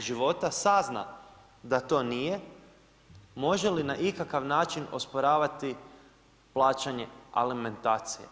života sazna da to nije, može li na ikakav način osporavati plaćanje alimentacije?